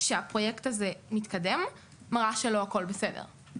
שהפרויקט הזה מתקדם מראה שלא הכול בסדר,